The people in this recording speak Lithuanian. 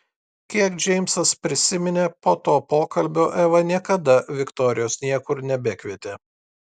kiek džeimsas prisiminė po to pokalbio eva niekada viktorijos niekur nebekvietė